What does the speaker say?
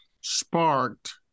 sparked